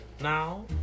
now